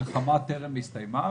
שבשבילם המלחמה טרם הסתיימה.